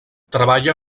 treballa